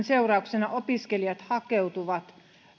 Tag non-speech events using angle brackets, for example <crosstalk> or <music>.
<unintelligible> seurauksena opiskelijat hakeutuvat